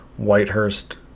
whitehurst